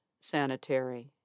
sanitary